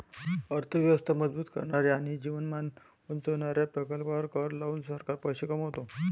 अर्थ व्यवस्था मजबूत करणाऱ्या आणि जीवनमान उंचावणाऱ्या प्रकल्पांवर कर लावून सरकार पैसे कमवते